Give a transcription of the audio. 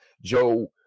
Joe